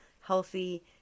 healthy